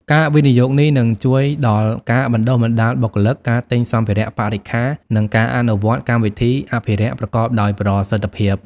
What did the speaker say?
ការវិនិយោគនេះនឹងជួយដល់ការបណ្តុះបណ្តាលបុគ្គលិក ការទិញសម្ភារៈបរិក្ខារ និងការអនុវត្តកម្មវិធីអភិរក្សប្រកបដោយប្រសិទ្ធភាព។